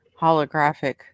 holographic